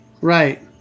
Right